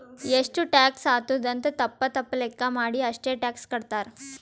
ಎಷ್ಟು ಟ್ಯಾಕ್ಸ್ ಆತ್ತುದ್ ಅಂತ್ ತಪ್ಪ ತಪ್ಪ ಲೆಕ್ಕಾ ಮಾಡಿ ಅಷ್ಟೇ ಟ್ಯಾಕ್ಸ್ ಕಟ್ತಾರ್